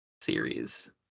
series